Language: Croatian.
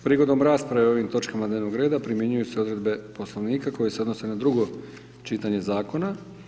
Prigodom rasprave o ovim točkama dnevnog reda primjenjuju se odredbe Poslovnika koje se odnose na drugo čitanje Zakona.